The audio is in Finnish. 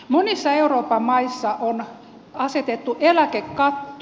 monissa euroopan maissa on asetettu eläkekatto